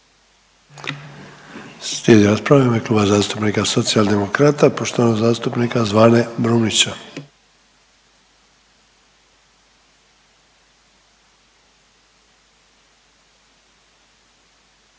Slijedi rasprava u ime Kluba zastupnika Socijaldemokrata poštovanog zastupnika Zvane Brumnića.